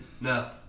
No